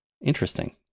interesting